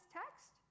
text